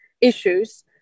issues